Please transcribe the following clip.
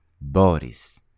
Boris